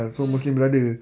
mm